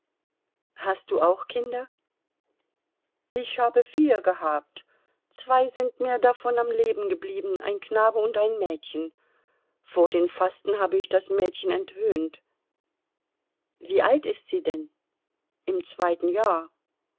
hast du auch kinder ich habe vier gehabt zwei sind mir davon am leben geblieben ein knabe und ein mädchen vor den fasten habe ich das mädchen entwöhnt wie alt ist sie denn im zweiten jahr